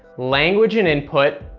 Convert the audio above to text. language and input,